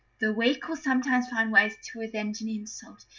the weak will sometimes find ways to avenge an insult,